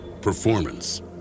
performance